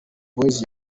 boys